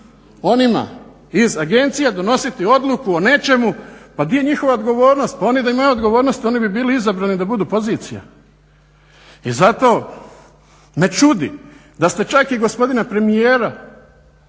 onima iz agencije donositi odluku o nečemu, pa gdje je njihova odgovornost. Pa oni da imaju odgovornost oni bi bili izabrani da budu pozicije. I zato me čudi da ste čak i gospodina premijera